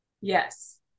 Yes